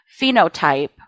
phenotype